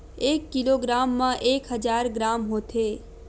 एक किलोग्राम मा एक हजार ग्राम होथे